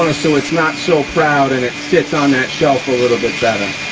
ah so it's not so proud and it sits on that shelf a little bit better.